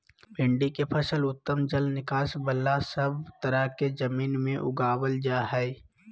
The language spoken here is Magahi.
भिंडी के फसल उत्तम जल निकास बला सब तरह के जमीन में उगावल जा हई